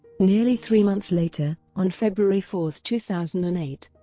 nearly three months later, on february four, two thousand and eight,